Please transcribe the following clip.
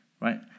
right